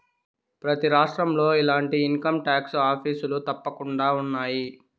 ప్రతి రాష్ట్రంలో ఇలాంటి ఇన్కంటాక్స్ ఆఫీసులు తప్పకుండా ఉన్నాయి